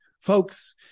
Folks